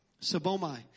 Sabomai